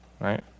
right